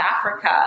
Africa